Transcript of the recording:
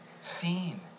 seen